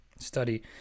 study